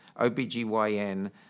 OBGYN